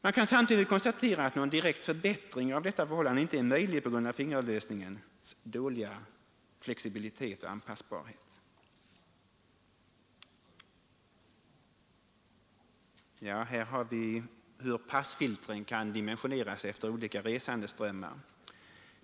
Man kan samtidigt konstatera att någon direkt förbättring av detta förhållande inte är möjlig på grund av fingerlösningens dåliga flexibilitet och anpassbarhet. Följande bild visar hur passfiltren kan dimensioneras efter olika resandeströmmar.